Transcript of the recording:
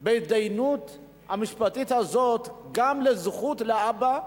בהתדיינות המשפטית הזאת, גם זכות לאבא,